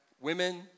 women